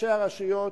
וראשי הרשויות